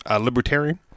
libertarian